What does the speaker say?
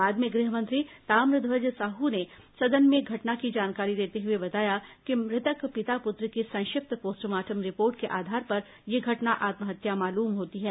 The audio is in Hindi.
बाद में गृह मंत्री ताम्रध्वज साहू ने सदन में घटना की जानकारी देते हुए बताया कि मृतक पिता पुत्र की संक्षिप्त पोस्टमार्टम रिपोर्ट के आधार पर यह घटना आत्महत्या मालूम होती है